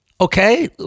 okay